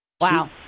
Wow